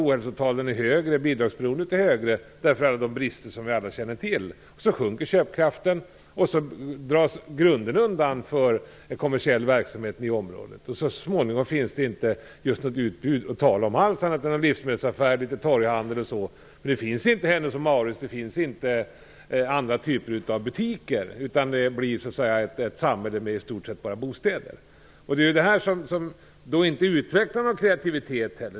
Ohälsotalen är högre, bidragsberoendet är högre på grund av de brister som vi alla känner till. Köpkraften sjunker, och då dras grunden undan för en kommersiell verksamhet i området. Så småningom finns det inget utbud att tala om. Det finns inget annat än en livsmedelsaffär och litet torghandel. Hennes & Mauritz och andra typer av butiker finns inte. Det blir ett samhälle med i stort sett bara bostäder. Detta utvecklar ju inte heller någon kreativitet.